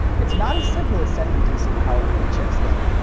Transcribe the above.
it's not as simple as sending dc power through the chips, though.